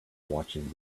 watching